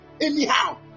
anyhow